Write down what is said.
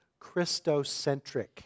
Christocentric